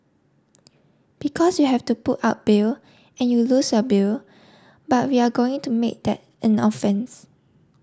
because you have to put up bail and you lose your bail but we are going to make that an offence